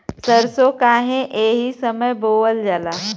सरसो काहे एही समय बोवल जाला?